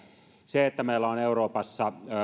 se että meillä on euroopassa